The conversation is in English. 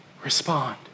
respond